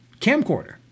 camcorder